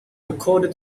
recorded